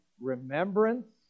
remembrance